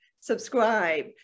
subscribe